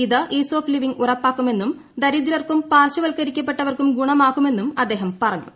ഇത് ease of living ഉറപ്പാക്കുമെന്നും ദരിദ്രർക്കും പാർശ്വവത്കരിക്കപ്പെട്ടവർക്കും ഗുണമാകുമെന്നും അദ്ദേഹം പറഞ്ഞു